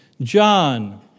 John